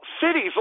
cities